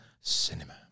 cinema